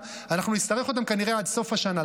אנחנו נצטרך אותם כנראה עד סוף השנה.